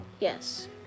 Yes